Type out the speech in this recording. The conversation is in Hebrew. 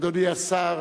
אדוני השר,